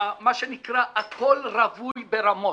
שנקרא הכול רווי ברמות.